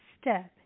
step